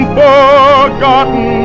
forgotten